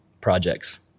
projects